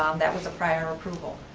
um that was a prior approval,